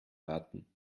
warten